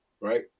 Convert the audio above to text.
right